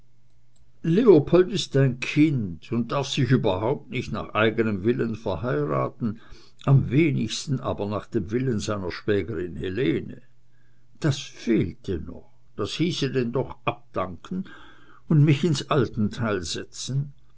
leopold ist ein kind und darf sich überhaupt nicht nach eigenem willen verheiraten am wenigsten aber nach dem willen seiner schwägerin helene das fehlte noch das hieße denn doch abdanken und mich ins altenteil setzen